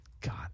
God